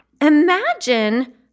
Imagine